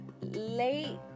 late